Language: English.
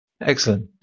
Excellent